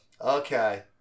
okay